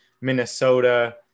Minnesota